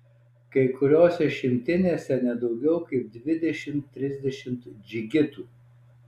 kai kuriose šimtinėse ne daugiau kaip dvidešimt trisdešimt džigitų